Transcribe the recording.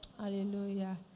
Hallelujah